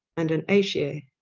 and an asia,